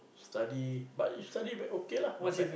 study but if study bad okay lah not bad